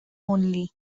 only